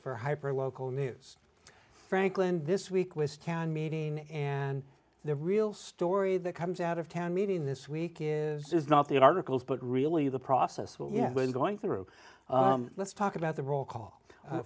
for hyper local news franklin this week with can meeting and the real story that comes out of town meeting this week is not the articles but really the process we're going through let's talk about the roll call